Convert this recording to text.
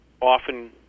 often